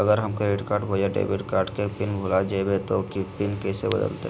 अगर हम क्रेडिट बोया डेबिट कॉर्ड के पिन भूल जइबे तो पिन कैसे बदलते?